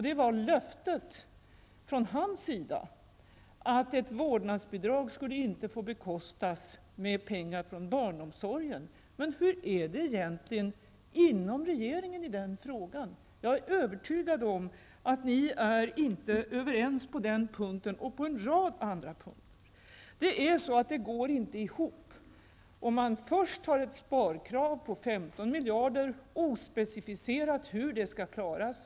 Det gällde löftet från hans sida att ett vårdnadsbidrag inte skulle få bekostas med pengar från barnomsorgen. Men hur är det egentligen inom regeringen i denna fråga? Jag är övertygad om att man inom regeringen inte är överens på den punkten och på en rad andra punkter. Det går inte ihop om man först har ett sparkrav på 15 miljarder, ospecificerat hur det skall klaras.